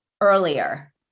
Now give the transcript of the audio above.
earlier